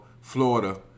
Florida